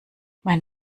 mein